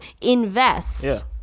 invest